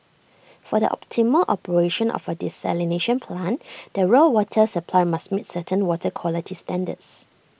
for the optimal operation of A desalination plant the raw water supply must meet certain water quality standards